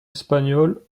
espagnol